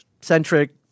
centric